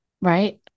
right